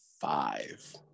five